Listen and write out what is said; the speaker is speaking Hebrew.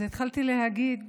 אז התחלתי להגיד,